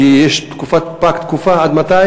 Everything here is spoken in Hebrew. כי יש תקופה, פג התוקף,